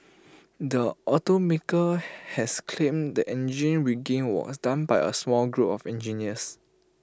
the automaker has claimed the engine rigging was done by A small group of engineers